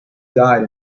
died